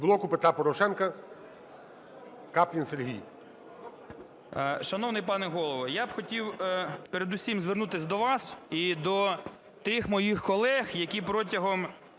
"Блоку Петра Порошенка" Каплін Сергій.